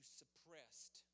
suppressed